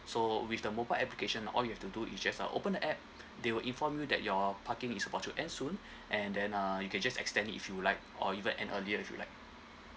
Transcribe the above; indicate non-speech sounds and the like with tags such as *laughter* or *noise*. so with the mobile application all you have to do is just uh open the app *breath* they will inform you that your parking is about to end soon *breath* and then uh you can just extend it if you like or even end earlier if you like